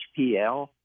HPL